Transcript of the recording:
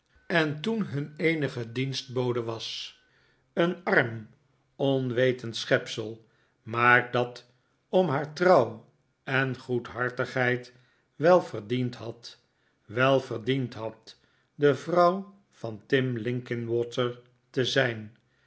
en toen hun eenige dienstbode was een arm onwetend schepsel maar dat om haar trouw en goedhartigheid wel verdiend had wel verdiend had de vrouw van tim linkinwater te zijn